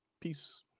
Peace